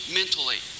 mentally